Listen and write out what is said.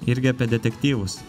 irgi apie detektyvus